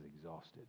exhausted